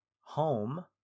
home